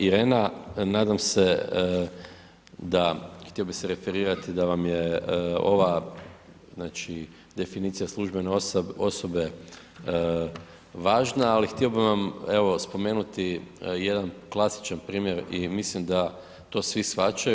Irena, nadam se da, htio bih se referirati da vam je ova definicija službene osobe važna, ali htio bih vam, evo spomenuti jedan klasičan primjer i mislim da to svi shvaćaju.